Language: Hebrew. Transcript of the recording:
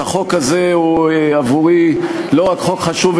החוק הזה הוא עבורי לא רק חוק חשוב,